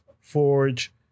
Forge